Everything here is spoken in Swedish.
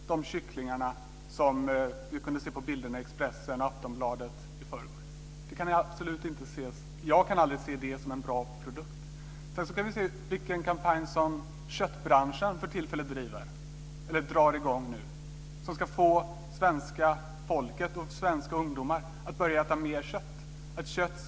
Är de kycklingar som vi kunde se på bilder i Expressen och Aftonbladet i förrgår bra produkter? Jag kan aldrig se dem som bra produkter. Vi kan se att köttbranschen nu drar i gång en kampanj. Den ska få svenska folket och svenska ungdomar att börja äta mer kött.